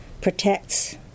protects